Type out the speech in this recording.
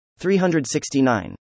369